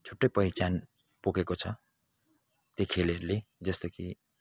छुट्टै पहिचान बोकेको छ त्यो खेलहरूले जस्तो कि